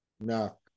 No